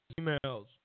emails